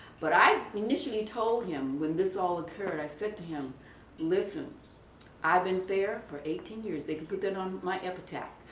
but i initially told him when this all occurred, i said to him listen i've been fair for eighteen years, they can put that on my epitaph,